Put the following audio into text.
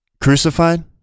Crucified